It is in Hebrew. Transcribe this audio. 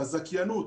בזכיינות,